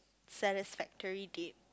satisfactory date